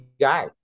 guy